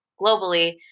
globally